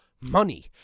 money